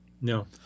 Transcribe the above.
no